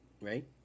right